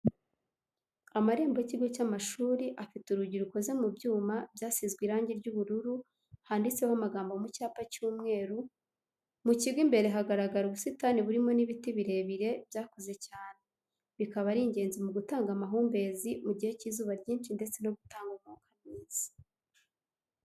Amarembo y'ikigo cy'amashuri afite urugi rukoze mu byuma byasizwe irangi ry'ubururu handitseho amagambo mu cyapa cy'umweru, mu kigo imbere hagaragara ubusitani burimo n'ibiti birebire byakuze cyane bikaba ari ingenzi mu gutanga amahumbezi mu gihe cy'izuba ryinshi ndetse no gutanga umwuka mwiza.